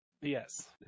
yes